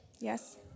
Yes